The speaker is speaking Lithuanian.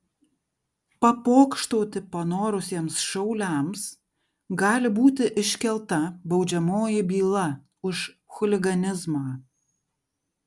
papokštauti panorusiems šauliams gali būti iškelta baudžiamoji byla už chuliganizmą